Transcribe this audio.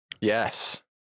Yes